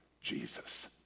Jesus